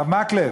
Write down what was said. הרב מקלב,